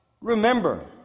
Remember